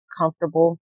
comfortable